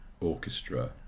orchestra